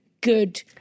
good